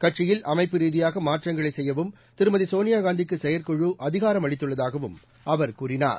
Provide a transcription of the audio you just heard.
கட்சியில் அமைப்பு ரீதியாக மாற்றங்களை செய்யவும் திருமதி சோனியா காந்திக்கு செயற்குழு அதிகாரமளித்துள்ளதாகவும் அவர் கூறினார்